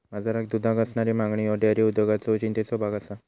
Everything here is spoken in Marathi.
बाजारात दुधाक असणारी मागणी ह्यो डेअरी उद्योगातलो चिंतेचो भाग आसा